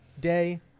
day